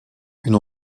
une